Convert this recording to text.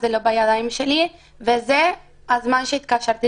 זה לא בידיים שלה וזה הזמן שהתקשרתי